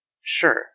Sure